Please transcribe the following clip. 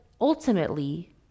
ultimately